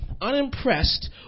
unimpressed